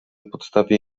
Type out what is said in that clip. podstawie